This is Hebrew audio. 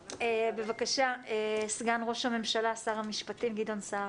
בבקשה, סגן ראש הממשלה שר המשפטים גדעון סער.